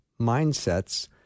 mindsets